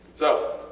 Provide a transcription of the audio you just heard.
so,